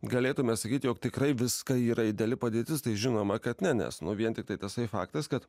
galėtume sakyti jog tikrai viską yra ideali padėtis tai žinoma kad ne nes nu vien tiktai tasai faktas kad